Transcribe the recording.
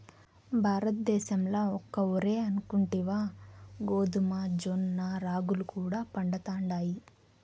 భారతద్దేశంల ఒక్క ఒరే అనుకుంటివా గోధుమ, జొన్న, రాగులు కూడా పండతండాయి